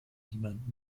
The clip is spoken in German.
niemand